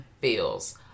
feels